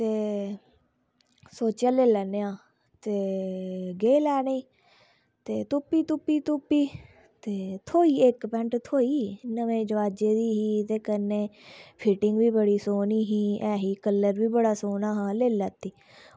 ते सोचेआ में लेई लैन्ने आं ते गे लैने गी ते तुप्पी तुप्पी ते थ्होई इक्क पैंट थ्होई नमें रवाज़े दी ही ते कन्नै फिटिंग बी बड़ी सोह्नी ही लेई लैती